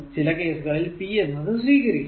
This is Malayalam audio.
ചില കേസുകളിൽ p എന്നത് സ്വീകരിക്കുന്നു